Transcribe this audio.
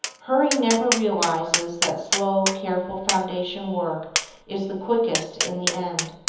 hurry never realizes that slow, careful foundation work is the quickest in the end.